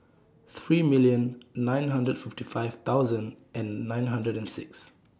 three million nine hundred fifty five thousand and nine hundred and six